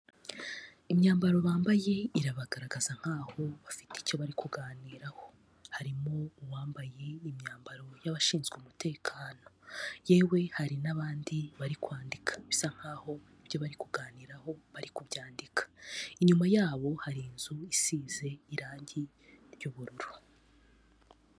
Imyambaro bambaye, irabagaragaza nk'aho bafite icyo bari kuganiraho. Harimo uwambaye imyambaro y'abashinzwe umutekano. Yewe hari n'abandi bari kwandika. Bisa nkaho, ibyo bari kuganiraho, bari kubyandika. Inyuma yabo hari inzu isize irangi, ry'ubururu.